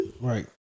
Right